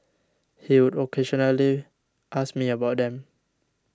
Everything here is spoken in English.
he would occasionally ask me about them